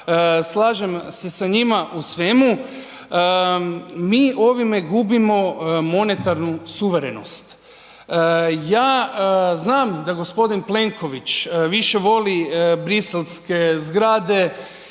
slažem se sa njima u svemu. MI ovime gubimo monetarnu suverenost. Ja znam da gospodin Plenković više voli briselske zgrade